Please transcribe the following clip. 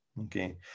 Okay